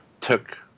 took